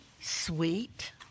Sweet